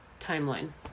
timeline